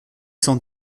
cent